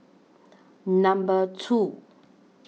Number two